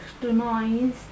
denies